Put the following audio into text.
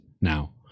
now